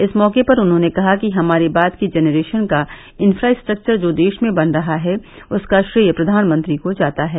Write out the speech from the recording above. इस मौके पर उन्होंने कहा कि हमारे बाद की जनरेशन का इंफ्रास्ट्रक्वर जो देश में बन रहा है उसका श्रेय प्रधानमंत्री को जाता है